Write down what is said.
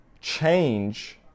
change